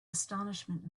astonishment